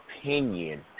opinion